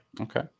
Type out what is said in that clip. Okay